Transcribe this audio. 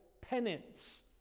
penance